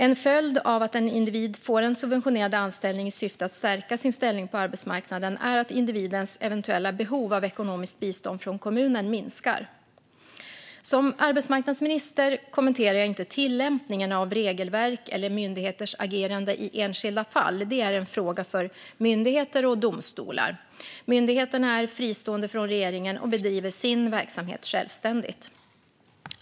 En följd av att en individ får en subventionerad anställning i syfte att stärka sin ställning på arbetsmarknaden är att individens eventuella behov av ekonomiskt bistånd från kommunen minskar. Som arbetsmarknadsminister kommenterar jag inte tillämpningen av regelverk eller myndigheters agerande i enskilda fall. Det är en fråga för myndigheter och domstolar. Myndigheterna är fristående från regeringen och bedriver sin verksamhet självständigt.